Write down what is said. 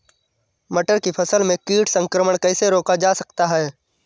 मटर की फसल में कीट संक्रमण कैसे रोका जा सकता है?